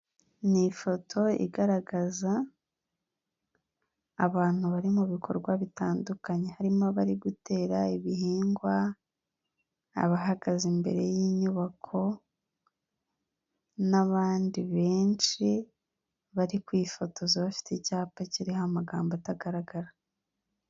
Ni ifoto igaragaza abantu bari mu bikorwa bitandukanye harimo aba gutera ibihingwa, abahagaze imbere y'inyubako, n'abandi benshi bari kwifotoza bafite icyapa kiriho amagambo atagaragara.